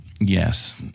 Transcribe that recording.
yes